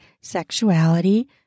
sexuality